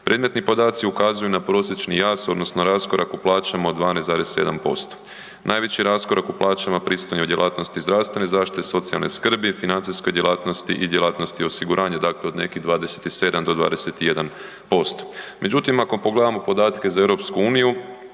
Predmetni podaci ukazuju na prosječni jaz odnosno raskorak u plaćama od 12,7%. Najveći raskorak u plaćama …/Govornik se ne razumije/…djelatnosti zdravstvene zaštite i socijalne skrbi, financijskoj djelatnosti i djelatnosti osiguranja, dakle od nekih 27 do 21%. Međutim, ako pogledamo podatke za EU tada